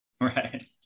right